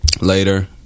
Later